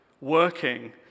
working